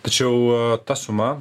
tačiau ta suma